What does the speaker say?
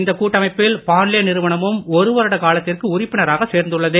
இந்தக் கூட்டமைப்பில் பாண்லே நிறுவனமும் ஒருவருட காலத்திற்கு உறுப்பினராக சேர்ந்துள்ளது